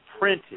printed